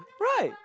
right